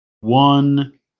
one